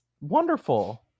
wonderful